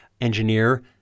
engineer